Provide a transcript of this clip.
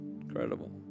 incredible